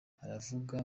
haravugwa